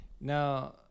Now